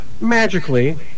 Magically